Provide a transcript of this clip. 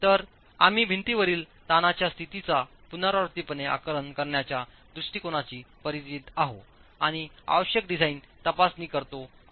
तर आम्हीभिंतीवरील ताणांच्या स्थितीचा पुनरावृत्तीपणे आकलन करण्याच्या दृष्टीकोनांशीपरिचित आहोतआणिआवश्यक डिझाइनतपासणी करतो आहे